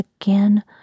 again